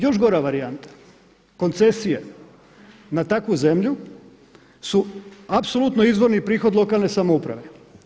Još gora varijanta koncesije na takvu zemlju su apsolutno izvrni prihod lokalne samouprave.